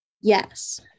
Yes